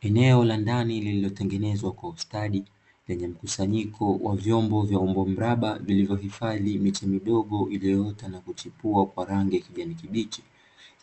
Eneo la ndani lililotengenezwa kwa ustadi lenye mkusanyiko wa vyombo vya umbo mraba vilivyohifadhi miche midogo iliyoota na kuchipua kwa rangi ya kijani kibichi,